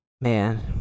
man